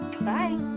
Bye